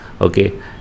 okay